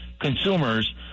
consumers